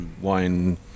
wine